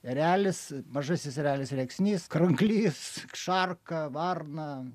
erelis mažasis erelis rėksnys kranklys šarka varna